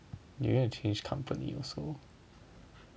你又要 change company also